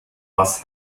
was